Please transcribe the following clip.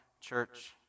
church